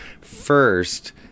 First